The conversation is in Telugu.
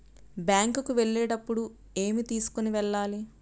బ్యాంకు కు వెళ్ళేటప్పుడు ఏమి తీసుకొని వెళ్ళాలి?